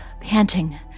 panting